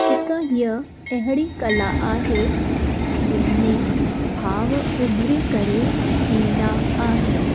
हिक हीअ अहिड़ी कला आहे जंहिंमें भाव उभिरी करे ईंदा आहिनि